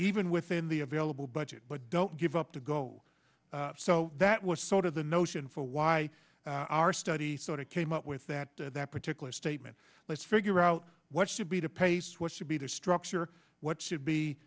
even within the available budget but don't give up to go so that was sort of the notion for why our study sort of came up with that or that particular statement but figure out what should be to pace what should be the structure what should